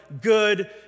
good